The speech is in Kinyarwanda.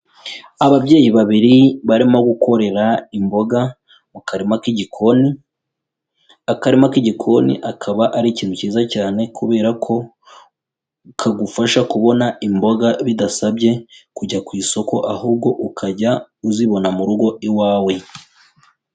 Ababyeyi babiri barimo gukorera imboga mu karima k'igikoni, akarima k'igikoni akaba ari ikintu kiza cyane kubera ko kagufasha kubona imboga bidasabye kujya ku isoko ahubwo ukajya uzibona mu rugo iwawe.